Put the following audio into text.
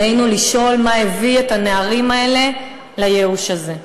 עלינו לשאול מה הביא את הנערים האלה לייאוש הזה.